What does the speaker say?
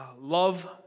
love